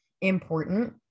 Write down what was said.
important